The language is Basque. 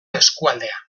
eskualdea